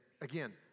again